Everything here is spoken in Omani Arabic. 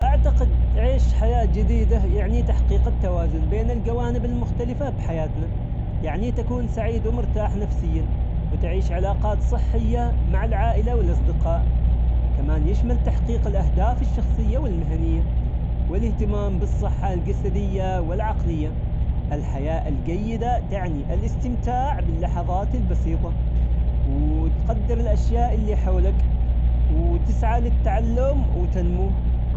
أعتقد عيش حياة جديدة يعني تحقيق التوازن بين الجوانب المختلفة بحياتنا ، يعني تكون سعيد ومرتاح نفسيا وتعيش علاقات صحية مع العائلة والأصدقاء ، كمان يشمل تحقيق الأهداف الشخصية والمهنية، والإهتمام بالصحة الجسدية والعقلية، الحياة الجيدة تعني الاستمتاع باللحظات البسيطة، وتقدر الأشياء اللي حولك، وتسعى للتعلم وتنمو.